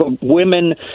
women